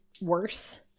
worse